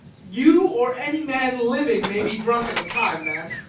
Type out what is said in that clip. you, or any man living, may be drunk at a time, man.